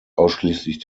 ausschließlich